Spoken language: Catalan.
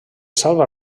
salva